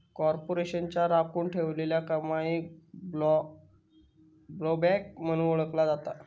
कॉर्पोरेशनच्या राखुन ठेवलेल्या कमाईक ब्लोबॅक म्हणून ओळखला जाता